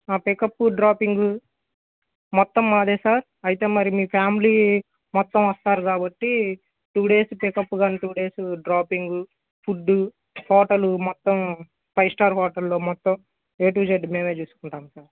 pickup dropping మొత్తం మాదే sir అయితే మరి మీ ఫ్యామిలీ మొత్తం వస్తారు కాబట్టి టూ డేస్ పికప్ కానీ two days dropping food hotel మొత్తం ఫైవ్ స్టార్ హోటల్ లో మొత్తం ఏ టూ జెడ్ మేమే చూసుకుంటాం సార్